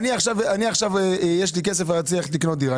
אני עכשיו יש לי כסף ורציתי ללכת לקנות דירה.